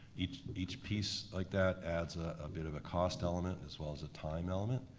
each each piece like that adds a bit of a cost element as well as a time element.